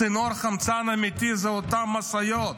צינור חמצן אמיתי זה אותן משאיות,